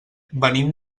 venim